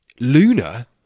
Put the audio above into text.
Luna